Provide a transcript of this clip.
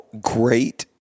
great